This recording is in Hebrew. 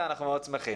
נזק ממשי,